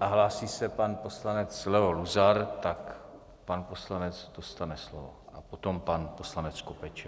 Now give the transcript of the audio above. a hlásí se pan poslanec Leo Luzar, tak pan poslanec dostane slovo, potom pan poslanec Skopeček.